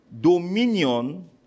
Dominion